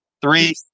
three